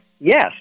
yes